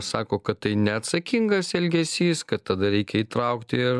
sako kad tai neatsakingas elgesys kad tada reikia įtraukti ir